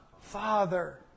Father